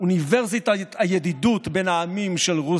אוניברסיטת הידידות בין העמים של רוסיה.